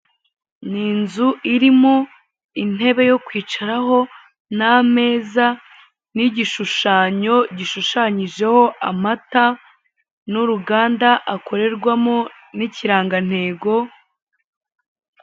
Ni inzu irimo intebe yo kwicaraho, n'ameza , n'igishushanyo gishushanyijeho amata n'uruganda akorerwamo n'ikirangantego